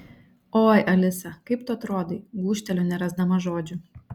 oi alisa kaip tu atrodai gūžteliu nerasdama žodžių